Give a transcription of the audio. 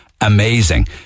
amazing